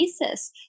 basis